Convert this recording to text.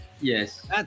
yes